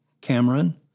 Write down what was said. Cameron